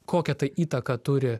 kokią tai įtaką turi